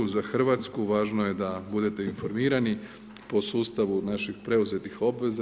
Za Hrvatsku važno je da budete informirani po sustavu naših preuzetih obveza.